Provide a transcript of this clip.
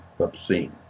obscene